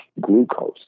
glucose